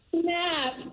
Snap